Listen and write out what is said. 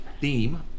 theme